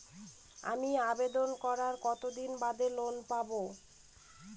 আমি আবেদন করার কতদিন বাদে লোন পাব?